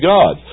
God